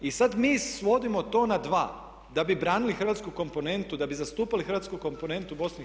I sad mi svodimo to na 2 da bi branili hrvatsku komponentu, da bi zastupali hrvatsku komponentu u BiH.